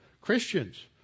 Christians